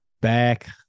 back